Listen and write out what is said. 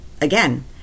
Again